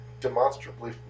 demonstrably